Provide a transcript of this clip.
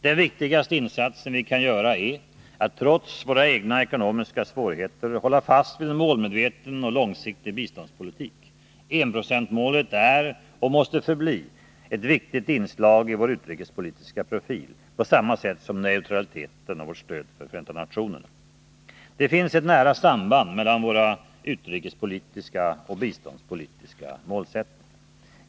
Den viktigaste insatsen vi kan göra är att trots våra egna ekonomiska svårigheter hålla fast vid en målmedveten och långsiktig biståndspolitik. Enprocentsmålet är och måste förbli ett viktigt inslag i vår utrikespolitiska profil på samma sätt som neutraliteten och vårt stöd till FN. Det finns ett nära samband mellan våra utrikespolitiska och biståndspolitiska målsättningar.